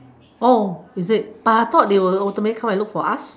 oh is it but I thought they will automatically come and look for us